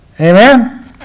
Amen